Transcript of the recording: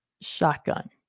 Shotgun